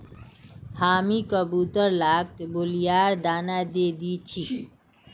हामी कबूतर लाक लोबियार दाना दे दी छि